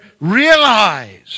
Realize